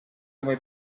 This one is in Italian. come